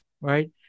right